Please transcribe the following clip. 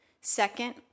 Second